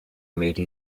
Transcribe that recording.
made